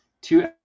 two